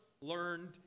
learned